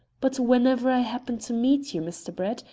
but whenever i happen to meet you, mr. brett,